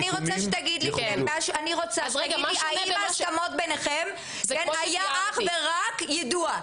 אני רוצה שתגיד לי האם ההסכמות ביניכם היו אך ורק לגבי היידוע.